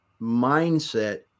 mindset